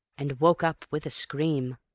and woke up with a scream.